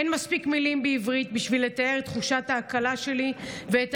אין מספיק מילים בעברית בשביל לתאר את תחושת ההקלה שלי ואת